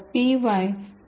P Y payload generator